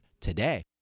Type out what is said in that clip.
today